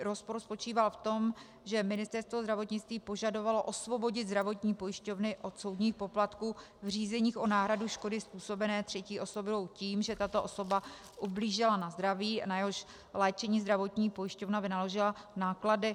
Rozpor spočíval v tom, že Ministerstvo zdravotnictví požadovalo osvobodit zdravotní pojišťovny od soudních poplatků v řízeních o náhradu škody způsobené třetí osobou, tím, že tato osoba ublížila na zdraví, na jehož léčení zdravotní pojišťovna vynaložila náklady.